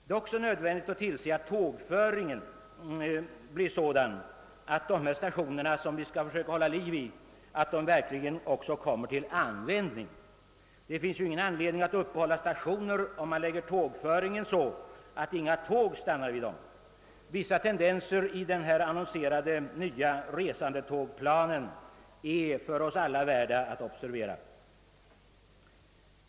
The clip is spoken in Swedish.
Det är också nödvändigt tillse att tågföringen blir sådan, att de stationer som man skall försöka hålla liv i också kommer till användning. Det finns ju ingen anledning att upprätthålla stationer om tågföringen läggs så att inga tåg stannar vid dem. Vissa tendenser i den annonserade nya resandetågplanen är för oss alla värda att observera.